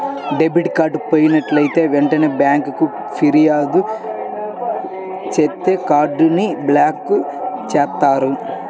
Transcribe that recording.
debit card పోయినట్లైతే వెంటనే బ్యేంకుకి ఫిర్యాదు చేత్తే కార్డ్ ని బ్లాక్ చేత్తారు